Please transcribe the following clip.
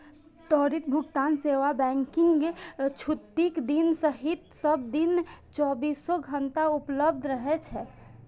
त्वरित भुगतान सेवा बैंकक छुट्टीक दिन सहित सब दिन चौबीसो घंटा उपलब्ध रहै छै